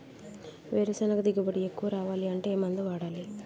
వేరుసెనగ దిగుబడి ఎక్కువ రావాలి అంటే ఏ మందు వాడాలి?